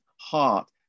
heart